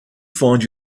find